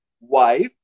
wife